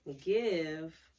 give